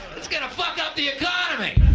it's gonna fuck up the economy.